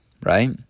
right